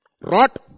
Rot